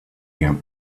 you